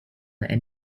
and